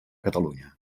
catalunya